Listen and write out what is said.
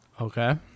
Okay